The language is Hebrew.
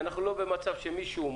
אנחנו לא במצב שמישהו,